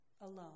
Alone